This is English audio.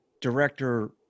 director